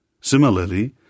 Similarly